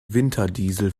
winterdiesel